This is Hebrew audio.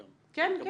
כן, כן.